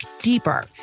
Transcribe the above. deeper